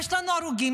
יש לנו הרוגים,